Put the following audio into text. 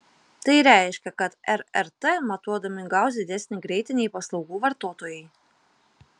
tai reiškia kad rrt matuodami gaus didesnį greitį nei paslaugų vartotojai